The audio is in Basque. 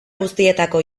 guztietako